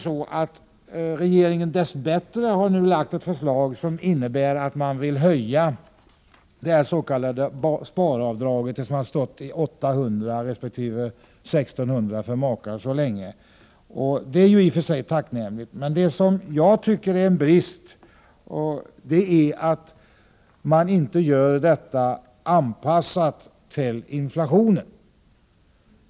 Nu har regeringen dess bättre ändå lagt fram ett förslag som innebär att man vill höja det s.k. sparavdraget, som har stått i 800 kr. resp. 1 600 kr. för makar så länge. Det är i och för sig tacknämligt, men vad jag tycker är en brist är att man inte gör detta anpassat till inflationen.